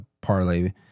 parlay